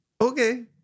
Okay